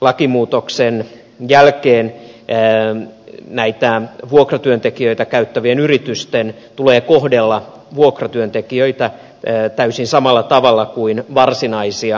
lakimuutoksen jälkeen vuokratyöntekijöitä käyttävien yritysten tulee kohdella vuokratyöntekijöitä täysin samalla tavalla kuin varsinaisia työntekijöitä